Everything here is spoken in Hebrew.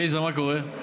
עליזה, מה קורה?